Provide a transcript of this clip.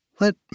Let